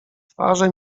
twarze